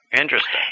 Interesting